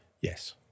Yes